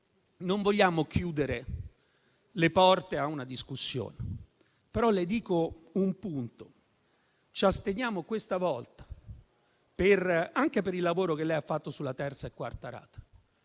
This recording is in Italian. non vogliamo chiudere le porte a una discussione, però le dico un punto: questa volta, ci asteniamo anche per il lavoro che lei ha fatto sulla terza e quarta rata,